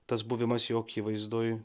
tas buvimas jo akivaizdoj